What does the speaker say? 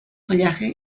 follaje